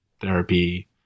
therapy